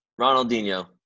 Ronaldinho